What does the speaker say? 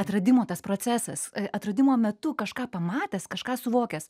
atradimo tas procesas atradimo metu kažką pamatęs kažką suvokęs